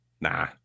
Nah